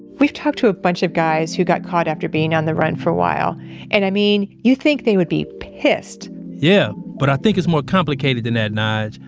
we've talked to a bunch of guys who got caught after being on the run for a while and i mean, you think they would be pissed yeah, but i think it's more complicated than that, nyge.